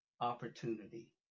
opportunity